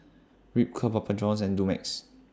Ripcurl Papa Johns and Dumex